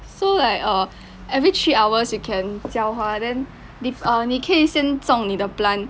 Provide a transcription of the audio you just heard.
so like err every three hours you can 浇花 then if err 你可以先种你的 plant